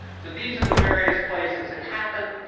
so these are the various places it happened.